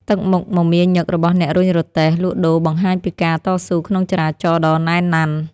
ទឹកមុខមមាញឹករបស់អ្នករុញរទេះលក់ដូរបង្ហាញពីការតស៊ូក្នុងចរាចរណ៍ដ៏ណែនណាន់។